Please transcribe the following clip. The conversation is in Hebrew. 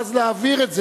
ואז להעביר את זה